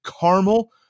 Caramel